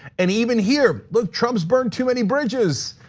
and even here, look, trump's burned too many bridges,